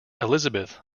elizabeth